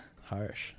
harsh